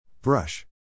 Brush